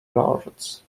lords